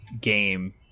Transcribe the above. game